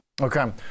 Okay